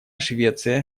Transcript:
швеция